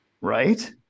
right